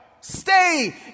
Stay